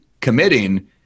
committing